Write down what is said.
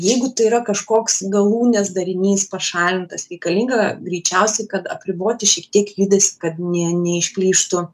jeigu tai yra kažkoks galūnės darinys pašalintas reikalinga greičiausiai kad apriboti šiek tiek judesį kad ne neišplyštų